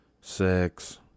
six